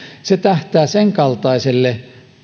tähtää sen kaltaiselle